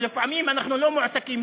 ולפעמים אנחנו לא מועסקים,